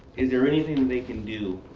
is there anything they can do?